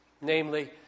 Namely